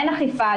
אין אכיפה.